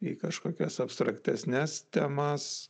į kažkokias abstraktesnes temas